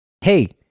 Hey